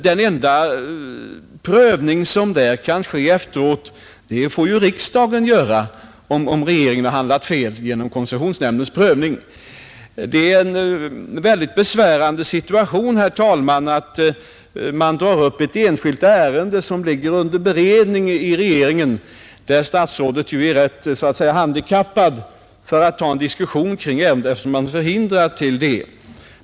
Den enda prövning som kan ske efteråt, om regeringen har handlat fel, får ju riksdagen göra genom konstitutionsutskottet. Det uppstår en mycket besvärande situation, herr talman, när man i riksdagen drar upp ett enskilt ärende som just bereds i regeringen, eftersom statsrådet är förhindrad att diskutera ärendet.